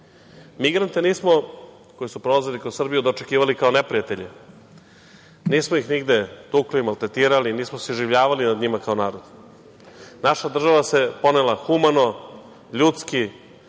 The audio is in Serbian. suočavao. Migrante koji su prolazili kroz Srbiju nismo dočekivali kao neprijatelje, nismo ih nigde tukli, maltretirali, nismo se iživljavali nad njima kao narod. Naša država se ponela humano, ljudski,